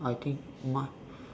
I think mine